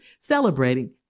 celebrating